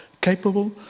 capable